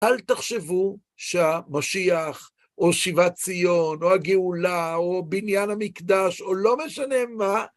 אל תחשבו שהמשיח, או שיבת ציון, או הגאולה, או בניין המקדש, או לא משנה מה,